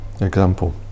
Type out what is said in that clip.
example